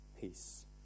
peace